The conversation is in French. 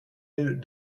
est